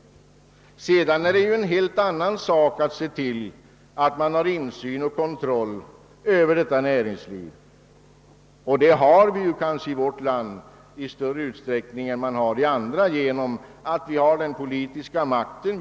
Sedan är det en helt annan sak att se till att man har insyn i och kontroll över detta näringsliv, och det har vi kanske i vårt land i större utsträckning än man har i andra länder därigenom att vi har den politiska makten.